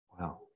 wow